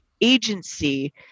agency